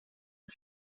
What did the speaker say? wie